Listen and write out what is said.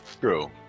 True